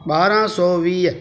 ॿारहं सौ वीह